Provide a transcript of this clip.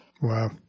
Wow